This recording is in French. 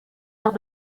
aire